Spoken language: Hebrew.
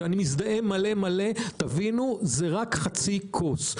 שאני מזדהה מלא תבינו שזה רק חצי כוס.